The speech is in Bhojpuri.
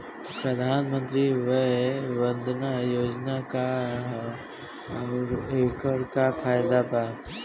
प्रधानमंत्री वय वन्दना योजना का ह आउर एकर का फायदा बा?